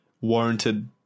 warranted